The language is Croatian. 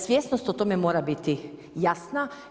Svjesnost o tome mora biti jasna.